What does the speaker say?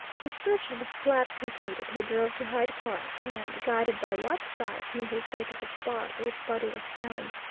his search of the flat completed, he drove to hyde park and, guided by whiteside, made his way to the spot where the body was found.